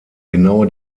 genaue